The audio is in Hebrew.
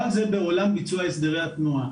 אבל זה בעולם ביצוע הסדרי התנועה.